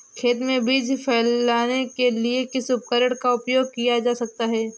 खेत में बीज फैलाने के लिए किस उपकरण का उपयोग किया जा सकता है?